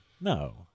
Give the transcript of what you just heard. no